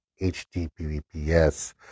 https